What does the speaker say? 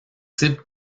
cibles